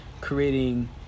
creating